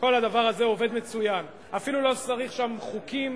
כל הדבר הזה עובד מצוין, אפילו לא צריך שם חוקים